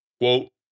Quote